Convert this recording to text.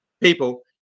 people